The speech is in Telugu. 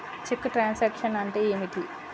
చెక్కు ట్రంకేషన్ అంటే ఏమిటి?